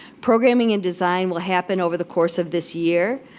programming and design will happen over the course of this year.